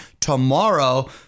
tomorrow